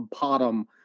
bottom